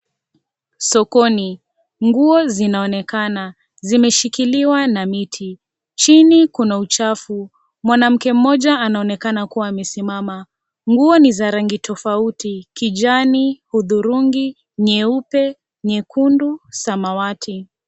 Sokoni nguo zinaonekana zimeshikiliwa na miti, chini kuna uchafu. mwanamke mmoja anaonekana kuwa amesimama. Nguo ni za rangi tofauti, kijani, udhurungi, nyeupe, nyekundu, samawati.